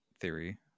theory